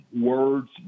words